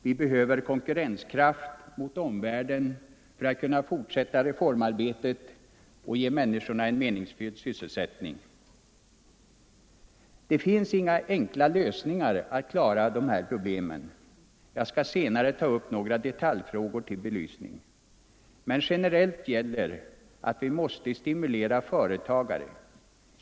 Vi behöver konkurrenskraft mot omvärlden för att kunna fortsätta reformarbetet och ge människorna en meningsfull sysselsättning. Det finns inga enkla lösningar för att klara dessa problem. Jag skall senare ta upp några detaljfrågor till belysning. Generellt gäller emellertid att vi måste stimulera företagare.